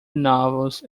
novels